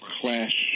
clash